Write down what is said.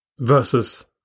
versus